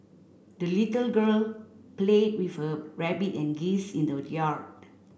the little girl played with her rabbit and geese in the yard